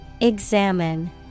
Examine